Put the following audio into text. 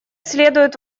следует